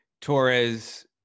Torres